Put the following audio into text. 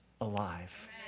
alive